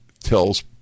tells